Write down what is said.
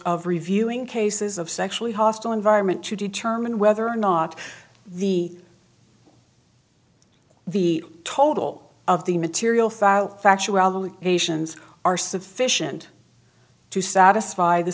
of reviewing cases of sexually hostile environment to determine whether or not the the total of the material found factually asians are sufficient to satisfy the